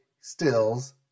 Stills